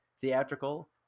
theatrical